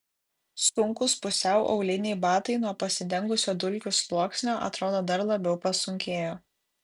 sunkūs pusiau auliniai batai nuo pasidengusio dulkių sluoksnio atrodo dar labiau pasunkėjo